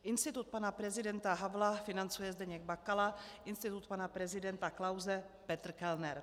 Institut pana prezidenta Havla financuje Zdeněk Bakala, institut pana prezidenta Klause Petr Kellner.